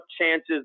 chances